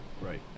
Right